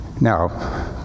Now